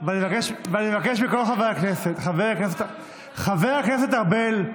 ואני מבקש מכל חברי הכנסת, חבר הכנסת ארבל.